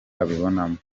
abibonamo